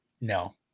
No